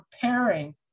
preparing